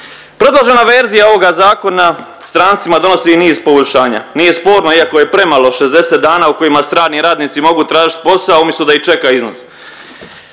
Predložena verzija ovoga Zakona o strancima donosi i niz poboljšanja. Nije sporno iako je premalo 60 dana u kojima strani radnici mogu tražiti posao umjesto da ih čeka